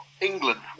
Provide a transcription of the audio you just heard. England